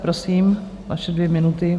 Prosím, vaše dvě minuty.